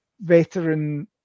veteran